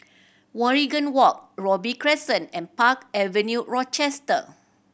Waringin Walk Robey Crescent and Park Avenue Rochester